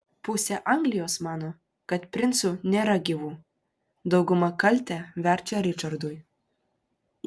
pusė anglijos mano kad princų nėra gyvų dauguma kaltę verčia ričardui